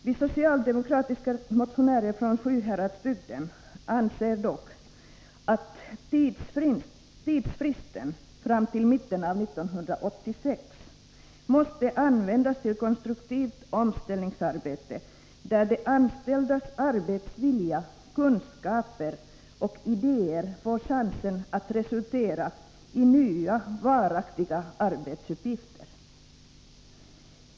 Vi socialdemokratiska motionärer från Sjuhäradsbygden anser dock att tidsfristen fram till mitten av 1986 måste användas till konstruktivt omställningsarbete, där de anställdas arbetsvilja, kunskaper och idéer får chansen att resultera i nya, varaktiga arbetsuppgifter.